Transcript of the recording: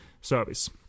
service